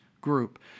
group